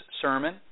Sermon